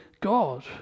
God